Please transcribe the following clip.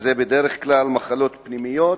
שזה בדרך כלל מחלקות פנימיות,